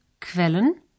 Quellen